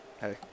hey